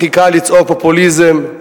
הכי קל לצעוק, פופוליזם,